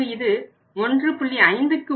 முன்பு இது 1